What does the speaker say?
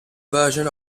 version